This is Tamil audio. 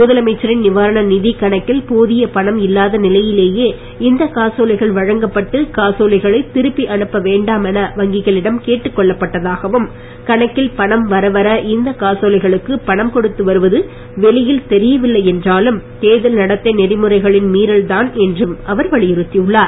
முதலமைச்சரின் நிவாரண நிதி கணக்கில் போதிய பணம் இல்லாத நிலையிலேயெ இந்த காசோலைகள் வழங்கப்பட்டு காசோலைகளைத் திருப்பி அனுப்பவேண்டாம் என வங்கிகளிடம் கேட்டுக் கொள்ளப்பட்டதாகவும் கணக்கில் பணம் வரவர இந்த காசோலைகளுக்கு பணம் கொடுத்து வருவது வெளியில் தெரியவில்லை என்றாலும் தேர்தல் நடத்தை நெறிமுறைகளின் மீறல்தான் என்றும் அவர் வலியுறுத்தியுள்ளார்